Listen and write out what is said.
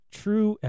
true